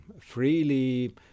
freely